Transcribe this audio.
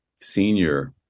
senior